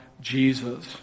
Jesus